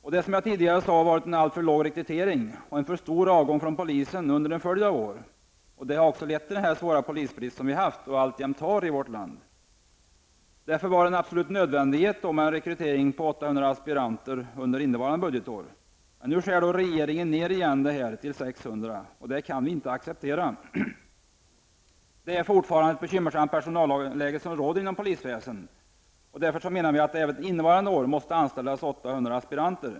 Det har, som jag tidigare sade, varit en alltför låg rekrytering och en för stor avgång från polisen under en följd av år. Detta har också lett till den svåra polisbrist som vi haft och alltjämt har i vårt land. Därför var det absolut nödvändigt med en rekrytering av 800 aspiranter under innevarande budgetår. Nu skär regeringen emellertid ned antalet aspiranter igen till 600, och detta kan vi inte acceptera. Det är fortfarande ett bekymmersamt personalläge inom polisväsendet. Därför menar vi att det även under innevarande år måste anställas 800 aspiranter.